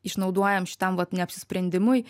išnaudojam šitam vat neapsisprendimui